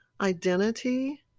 identity